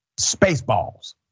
Spaceballs